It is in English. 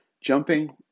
jumping